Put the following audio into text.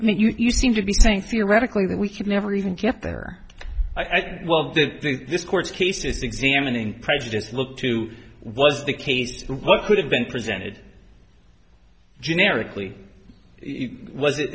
m you seem to be saying theoretically that we could never even get there i think well this court case is examining prejudice look to was the case what could have been presented generically was it